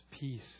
peace